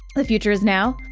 the future is now.